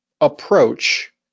approach